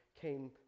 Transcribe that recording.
Came